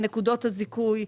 על נקודות הזיכוי,